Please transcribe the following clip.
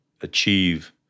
achieve